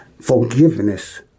forgiveness